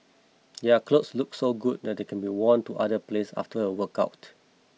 their clothes look so good that they can be worn to other place after a workout